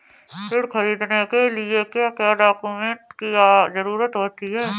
ऋण ख़रीदने के लिए क्या क्या डॉक्यूमेंट की ज़रुरत होती है?